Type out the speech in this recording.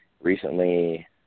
recently